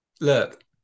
Look